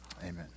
Amen